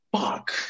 Fuck